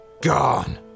gone